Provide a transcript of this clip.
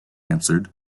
answered